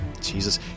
Jesus